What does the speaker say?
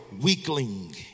weakling